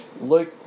look